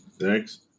Thanks